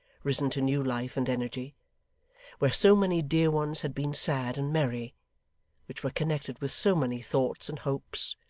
risen to new life and energy where so many dear ones had been sad and merry which were connected with so many thoughts and hopes,